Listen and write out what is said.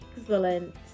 Excellent